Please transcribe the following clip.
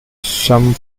some